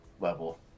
level